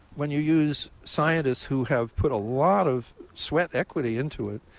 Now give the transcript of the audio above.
when you use scientists who have put a lot of sweat equity into it,